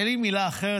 אין לי מילה אחרת,